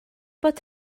bod